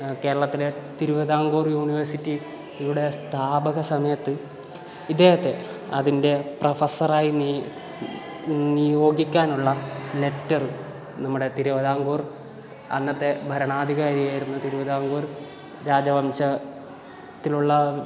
കേരളത്തിലെ തിരുവിതാംകൂർ യൂണിവേർസിറ്റി ഇവിടെ സ്ഥാപക സമയത്ത് ഇദ്ദേഹത്തെ അതിൻ്റെ പ്രൊഫസറായി നീ നിയോഗിക്കാനുള്ള ലെറ്റർ നമ്മുടെ തിരുവിതാംകൂർ അന്നത്തെ ഭരണാധികാരിയായിരുന്ന തിരുവിതാംകൂർ രാജവംശത്തിലുള്ള